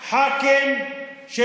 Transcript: כן.